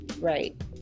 Right